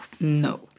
No